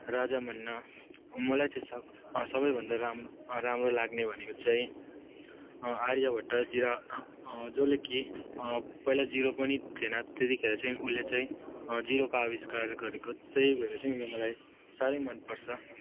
राजा मुन्ना मलाई चाहिँ सब सबैभन्दा राम्रो राम्रो लाग्ने भनेको चाहिँ आर्यभट्ट जिरो जसले कि पहिला जिरो पनि थिएन त्यतिखेर चाहिँ उसले चाहिँ जिरोको आविष्कार गरेको थियो त्यही भएर चाहिँ यो मलाई साह्रै मनपर्छ